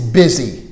busy